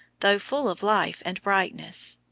though full of life and brightness.